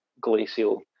glacial